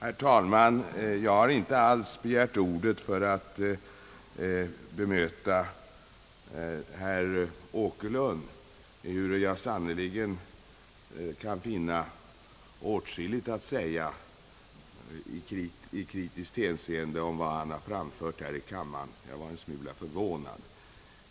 Herr talman! Jag har inte begärt ordet för att bemöta herr Åkerlund, ehuru jag sannerligen kan finna åtskilligt att säga i kritiskt hänseende om vad han har framfört här i kammaren. Jag blev en smula förvånad!